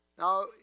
Now